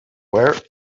where